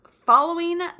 following